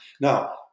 Now